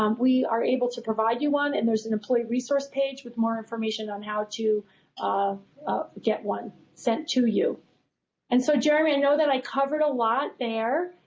um we are able to provide you one and there's an employee resource page with more information on how to um get one sent to you and so jeremy, i know i covered a lot there,